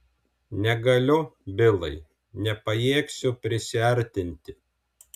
negaliu bilai nepajėgsiu prisiartinti